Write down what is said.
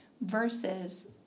Versus